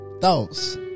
thoughts